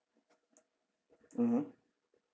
mmhmm